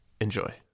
Enjoy